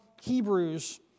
Hebrews